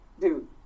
Dude